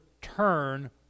turn